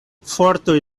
fortoj